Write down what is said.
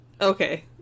Okay